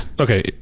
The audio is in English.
okay